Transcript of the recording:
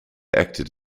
acted